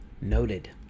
Noted